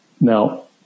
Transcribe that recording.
Now